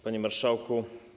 Panie Marszałku!